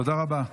תודה רבה.